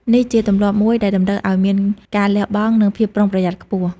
នេះជាទម្លាប់មួយដែលតម្រូវឲ្យមានការលះបង់ និងភាពប្រុងប្រយ័ត្នខ្ពស់។